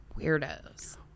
weirdos